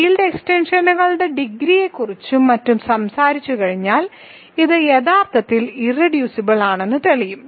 field എക്സ്റ്റെൻഷനുകളുടെ ഡിഗ്രിയെക്കുറിച്ചും മറ്റും സംസാരിച്ചുകഴിഞ്ഞാൽ ഇത് യഥാർത്ഥത്തിൽ ഇർറെഡ്യൂസിബിൾ ആണെന്ന് തെളിയും